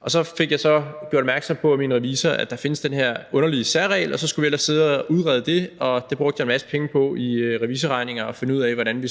Og så blev jeg gjort opmærksom på af min revisor, at der findes den her underlige særregel, og så skulle vi ellers sidde og udrede det, og det brugte jeg en masse penge på i revisorregninger, altså på at finde ud af, hvordan vi